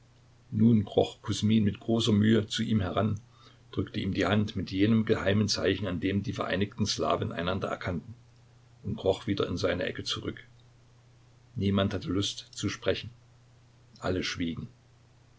nun kroch kusmin mit großer mühe zu ihm heran drückte ihm die hand mit jenem geheimen zeichen an dem die vereinigten slawen einander erkannten und kroch wieder in seine ecke zurück niemand hatte lust zu sprechen alle schwiegen